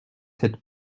cette